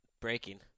Breaking